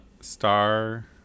Star